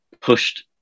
pushed